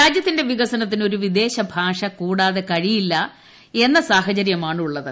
രാജ്യത്തിന്റെ വികസനത്തിന് ഒരു വിദേശഭാഷ കൂടാതെ കഴിയില്ല എന്ന സാഹചര്യമാണുള്ളത്